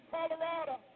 Colorado